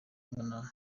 umwana